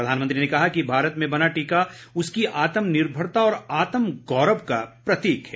प्रधानमंत्री ने कहा कि भारत में बना टीका उसकी आत्मनिर्भरता और आत्म गौरव का प्रतीक है